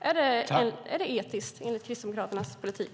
Är det etiskt enligt Kristdemokraternas politik?